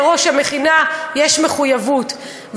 לראש המכינה יש מחויבות,